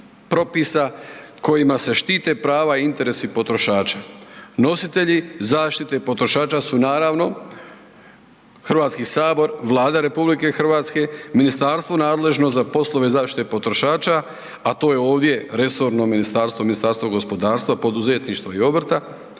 propisa kojima se štite prava i interesi potrošača. Nositelji zaštite potrošača su naravno Hrvatski sabor, Vlada RH, ministarstvo nadležno za poslove zaštite potrošača, a to je ovdje resorno ministarstvo, Ministarstvo gospodarstva, poduzetništva i obrta,